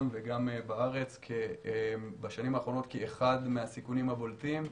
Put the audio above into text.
וגם בארץ בשנים האחרונות כאחד מהסיכונים הבולטים.